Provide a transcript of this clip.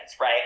right